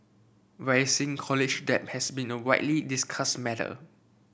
rising college debt has been a widely discussed matter